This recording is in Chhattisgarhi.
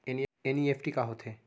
एन.ई.एफ.टी का होथे?